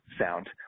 sound